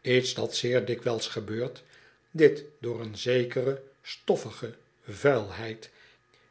iets dat zeer dikwijls gebeurt dit door een zekere stoffige vuilheid